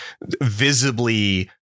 visibly